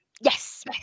Yes